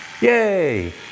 Yay